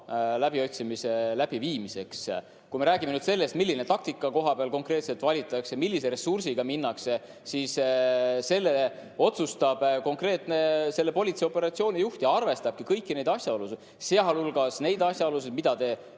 läbiviimiseks. Kui me räägime nüüd sellest, milline taktika kohapeal konkreetselt valitakse, millise ressursiga minnakse, siis selle otsustab konkreetne selle politseioperatsiooni juht ja arvestabki kõiki neid asjaolusid, sh neid asjaolusid, mida te